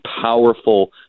powerful